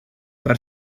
per